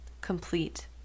complete